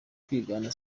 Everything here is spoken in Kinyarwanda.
kwigana